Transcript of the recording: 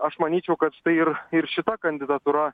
aš manyčiau kad štai ir ir šita kandidatūra